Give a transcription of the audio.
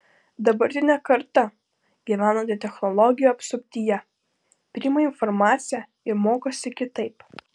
dabartinė karta gyvenanti technologijų apsuptyje priima informaciją ir mokosi kitaip